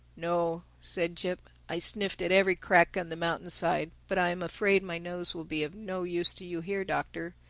no, said jip. i sniffed at every crack on the mountainside. but i am afraid my nose will be of no use to you here, doctor.